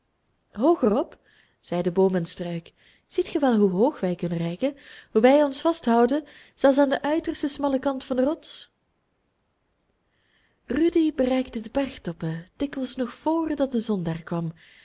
op zeiden boom en struik ziet ge wel hoe hoog wij kunnen reiken hoe wij ons vasthouden zelfs aan den uitersten smallen kant van de rots rudy bereikte de bergtoppen dikwijls nog voordat de zon daar kwam